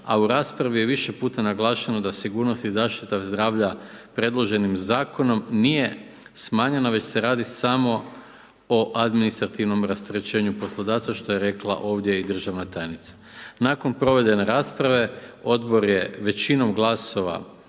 a u raspravi je više puta naglašeno da sigurnost i zaštita zdravlja predloženim zakonom nije smanjena, već se radi samo o administrativnom rasterećenju poslodavca što je rekla ovdje i državna tajnica. Nakon provedene rasprave Odbor je većinom glasova,